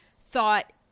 thought